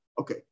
Okay